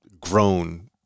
grown